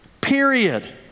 period